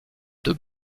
deux